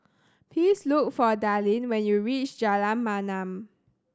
please look for Dallin when you reach Jalan Mamam